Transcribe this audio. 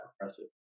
repressive